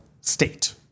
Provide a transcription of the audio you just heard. state